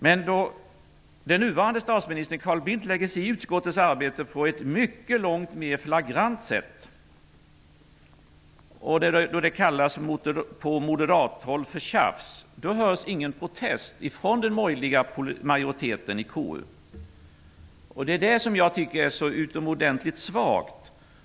Men när nuvarande statsminister Carl Bildt lägger sig i utskottets arbete på ett långt mer flagrant sätt och när det från moderathåll kallas för tjafs, då hörs det ingen protest ifrån den borgerliga majoriteten i KU. Det är det som är så utomordentligt svagt.